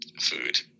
food